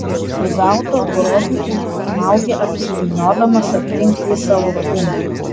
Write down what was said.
sugautą grobį užsmaugia apsivyniodamas aplink jį savo kūnu